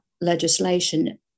legislation